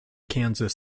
kansas